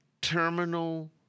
terminal